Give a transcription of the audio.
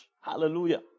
Hallelujah